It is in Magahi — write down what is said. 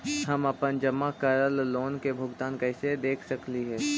हम अपन जमा करल लोन के भुगतान कैसे देख सकली हे?